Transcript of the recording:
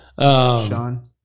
Sean